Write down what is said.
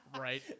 right